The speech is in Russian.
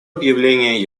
объявление